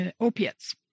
opiates